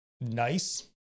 Nice